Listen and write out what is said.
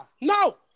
No